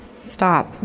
Stop